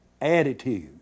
attitude